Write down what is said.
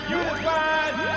unified